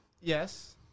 Yes